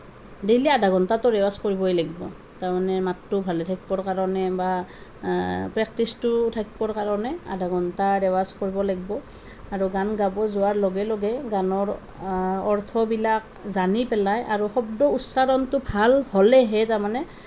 daily আধা ঘণ্টা ৰেৱাজ কৰিবই লাগিব তাৰমানে মাতটো ভালে থাকিবৰ কাৰণে বা প্ৰেক্টিচটো থাকিবৰ কাৰণে আধা ঘণ্টা ৰেৱাজ কৰিব লাগিব আৰু গান গাব যোৱাৰ লগে লগে গানৰ অৰ্থবিলাক জানি পেলাই আৰু শব্দৰ উচ্চাৰণটো ভাল হ'লেহে তাৰমানে